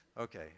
okay